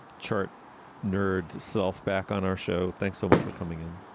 chart nerd self back on our show. thanks so much for coming in.